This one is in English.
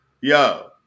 yo